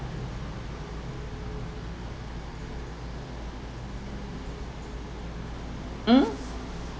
mm